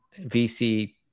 VC